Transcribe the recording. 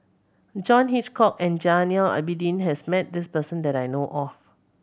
John Hitchcock and Zainal Abidin has met this person that I know of